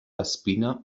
espina